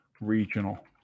Regional